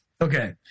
okay